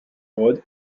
rod